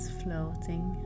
floating